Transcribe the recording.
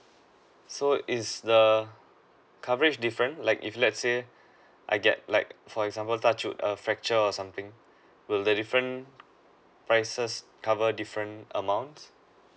so is the coverage different like if let's say I get like for example task to err fracture or something will the different prices cover different amounts